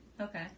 Okay